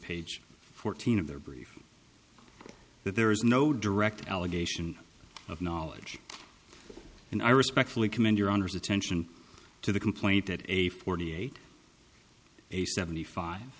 page fourteen of their brief that there is no direct allegation of knowledge and i respectfully commend your honor's attention to the complaint that a forty eight a seventy five